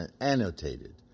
annotated